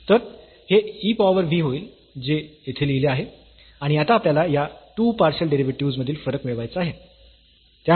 तर हे e power v होईल जे येथे लिहले आहे आणि आता आपल्याला या 2 पार्शियल डेरिव्हेटिव्हस् मधील फरक मिळवायचा आहे